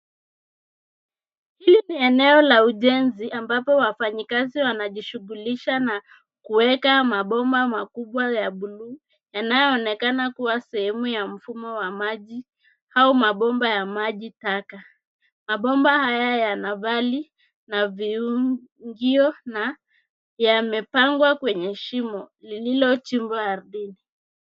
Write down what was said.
Hili ni eneo la ujenzi ambapo wafanyikazi wanajishughulisha na kuweka mabomba makubwa ya buluu, yanayoonekana kuwa sehemu ya mfumo wa maji au mabomba ya maji taka. Mabomba haya yana vali na viungio na yamepangwa kwenye shimo lililochimbwa ardhini.